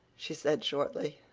she said shortly.